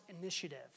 initiative